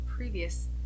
previous